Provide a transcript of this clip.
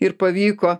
ir pavyko